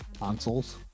consoles